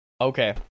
Okay